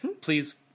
Please